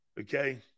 Okay